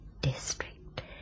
district